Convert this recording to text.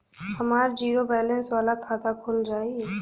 हमार zero balance वाला खाता खुल जाई?